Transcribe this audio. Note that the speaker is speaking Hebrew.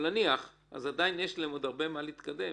אבל נניח, עדיין יש להם הרבה מה להתקדם.